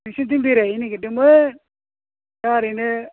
नोंसोरनिथिं बेरायहैनो नागिरदोंमोन दा ओरैनो